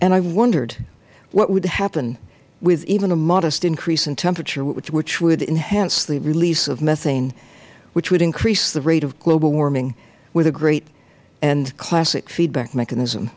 and i have wondered what would happen with even a modest increase in temperature which would enhance the release of methane which would increase the rate of global warming with a great and classic feedback mechanism